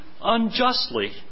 unjustly